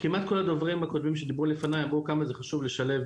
כמעט כל הדוברים שדיברו לפניי אמרו כמה זה חשוב לשלב